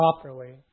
properly